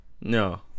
No